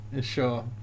Sure